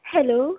hello